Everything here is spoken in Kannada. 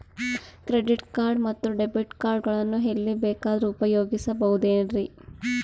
ಕ್ರೆಡಿಟ್ ಕಾರ್ಡ್ ಮತ್ತು ಡೆಬಿಟ್ ಕಾರ್ಡ್ ಗಳನ್ನು ಎಲ್ಲಿ ಬೇಕಾದ್ರು ಉಪಯೋಗಿಸಬಹುದೇನ್ರಿ?